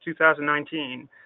2019